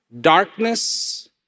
darkness